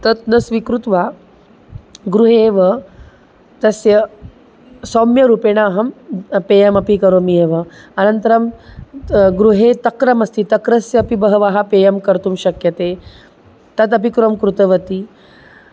तत् न स्वीकृत्य गृहे एव तस्य सौम्यरूपेण अहं पेयमपि करोमि एव अनन्तरं गृहे तक्रमस्ति तक्रस्य अपि बहवः पेयं कर्तुं शक्यते तदपि कुरं कृतवती